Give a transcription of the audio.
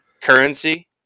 currency